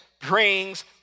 brings